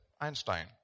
Einstein